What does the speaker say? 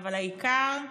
אבל העיקר,